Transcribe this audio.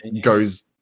goes